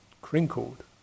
crinkled